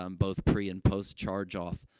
um both pre and post-charge-off,